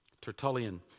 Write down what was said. Tertullian